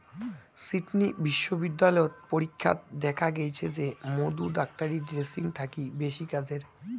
Sydney বিশ্ববিদ্যালয়ত পরীক্ষাত দ্যাখ্যা গেইচে যে মধু ডাক্তারী ড্রেসিং থাকি বেশি কাজের